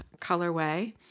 colorway